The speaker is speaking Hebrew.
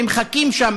ומחכים שם,